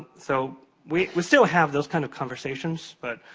so we we still have those kind of conversations, but